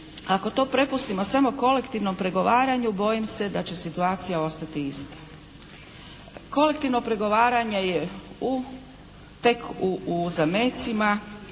ako to prepustimo samo kolektivnom pregovaranju bojim se da će situacija ostati ista. Kolektivno pregovaranje je tek u zamecima,